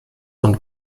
und